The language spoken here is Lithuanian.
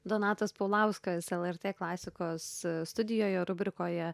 donatas paulauskas lrt klasikos studijoje rubrikoje